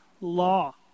law